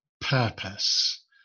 purpose